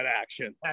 action